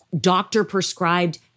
doctor-prescribed